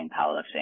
powerlifting